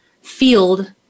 field